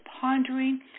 pondering